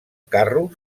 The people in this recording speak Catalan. carro